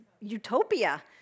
utopia